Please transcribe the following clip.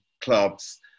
clubs